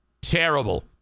Terrible